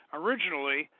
originally